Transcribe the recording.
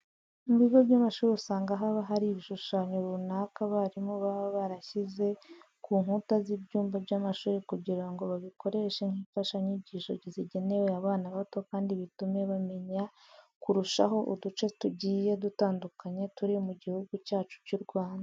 Mu bigo by'amashuri usanga haba hari ibishushanyo runaka abarimu baba barashyize ku nkuta z'ibyumba by'amashuri kugira ngo babikoreshe nk'imfashanyigisho zigenewe abana bato kandi bitume bamenya kurushaho uduce tugiye dutandukanye turi mu gihugu cyacu cy'u Rwanda.